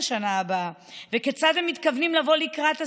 לשנה הבאה וכיצד הם מתכוונים לבוא לקראת הסטודנטים.